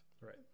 right